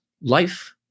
life